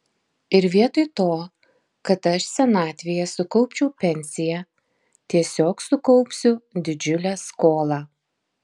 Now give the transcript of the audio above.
ir vietoj to kad aš senatvėje sukaupčiau pensiją tiesiog sukaupsiu didžiulę skolą